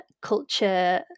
culture